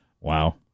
Wow